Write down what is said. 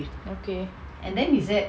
okay